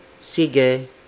Sige